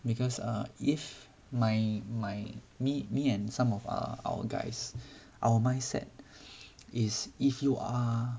because err if my my me me and some of our our guys our mindset is if you are